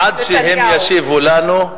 עד שהם ישיבו לנו,